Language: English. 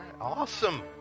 Awesome